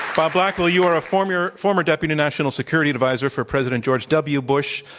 bob blackwill, you are a former former deputy national security adviser for president george w. bush.